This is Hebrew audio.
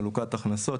חלוקת הכנסות,